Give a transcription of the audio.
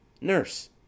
Nurse